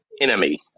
enemy